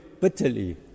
bitterly